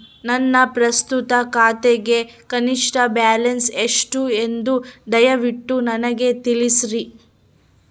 ನನ್ನ ಪ್ರಸ್ತುತ ಖಾತೆಗೆ ಕನಿಷ್ಠ ಬ್ಯಾಲೆನ್ಸ್ ಎಷ್ಟು ಎಂದು ದಯವಿಟ್ಟು ನನಗೆ ತಿಳಿಸ್ರಿ